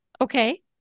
okay